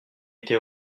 été